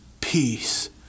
peace